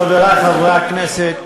חברי חברי הכנסת,